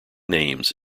names